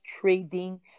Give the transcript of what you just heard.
trading